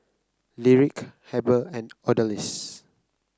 Lyric Heber and Odalys